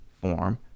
form